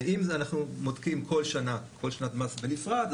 אנחנו בודקים כל שנת מס בנפרד,